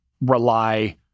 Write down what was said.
rely